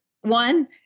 one